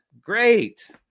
Great